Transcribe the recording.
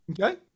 Okay